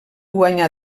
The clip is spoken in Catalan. guanyà